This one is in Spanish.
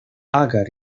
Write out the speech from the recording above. agar